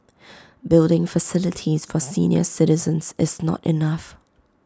building facilities for senior citizens is not enough